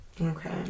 Okay